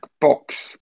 box